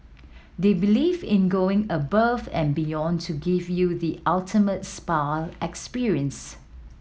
they believe in going above and beyond to give you the ultimate spa experience